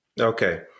Okay